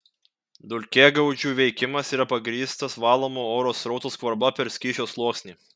dulkėgaudžių veikimas yra pagrįstas valomo oro srauto skvarba per skysčio sluoksnį